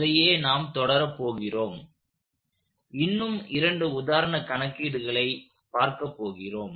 அதையே நாம் தொடரப் போகிறோம் இன்னும் இரண்டு உதாரண கணக்கீடுகளை பார்க்கப் போகிறோம்